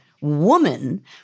woman